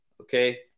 Okay